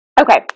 Okay